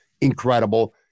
incredible